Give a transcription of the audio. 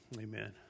Amen